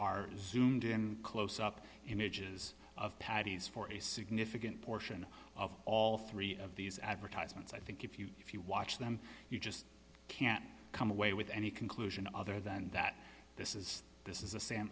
are zoomed in close up images of paddy's for a significant portion of all three of these advertisements i think if you if you watch them you just can't come away with any conclusion other than that this is this is a san